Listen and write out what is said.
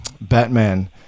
Batman